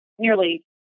nearly